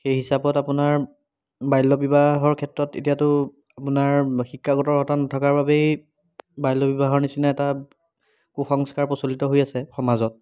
সেই হিচাপত আপোনাৰ বাল্য বিবাহৰ ক্ষেত্ৰত এতিয়াতো আপোনাৰ শিক্ষাগত অৰ্হতা নথকাৰ বাবেই বাল্য বিবাহৰ নিচিনা এটা কু সংস্কাৰ প্ৰচলিত হৈ আছে সমাজত